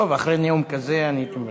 טוב, אחרי נאום כזה אני הייתי מוותר.